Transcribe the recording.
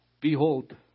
behold